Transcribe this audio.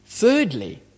Thirdly